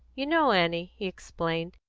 you know, annie, he explained,